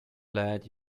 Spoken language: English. lad